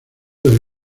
del